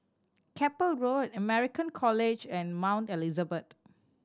Keppel Road American College and Mount Elizabeth